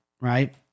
right